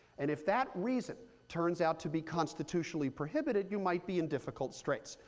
and if that reason turns out to be constitutionally prohibited, you might be in difficult straits.